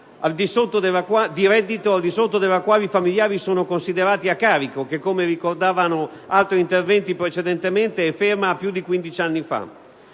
di reddito al di sotto della quale i familiari sono considerati a carico che, come ricordavano altri interventi precedentemente, è ferma a più di 15 anni fa;